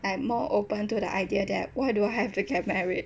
like more open to the idea that why do I have to get married